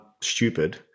stupid